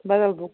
بَدَل بُک